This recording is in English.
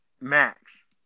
Max